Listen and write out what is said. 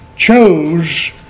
chose